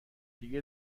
دیگه